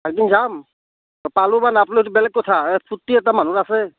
একদিন যাম পালোঁ বা নাপলোঁ সেইটো বেলেগ কথা ফুৰ্টি এটা মানুহৰ আছে